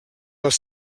les